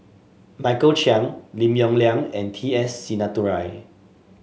Michael Chiang Lim Yong Liang and T S Sinnathuray